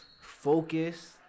focus